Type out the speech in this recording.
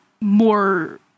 more